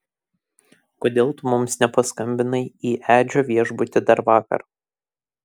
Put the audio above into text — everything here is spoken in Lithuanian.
kodėl tu mums nepaskambinai į edžio viešbutį dar vakar